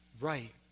right